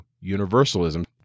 universalism